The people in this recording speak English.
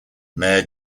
mayor